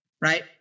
right